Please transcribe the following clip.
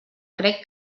crec